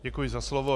Děkuji za slovo.